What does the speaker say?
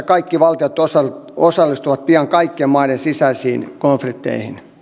kaikki valtiot osallistuvat osallistuvat pian kaikkien maiden sisäisiin konflikteihin